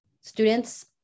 students